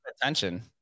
attention